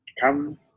come